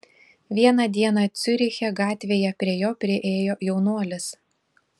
vieną dieną ciuriche gatvėje prie jo priėjo jaunuolis